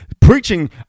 preaching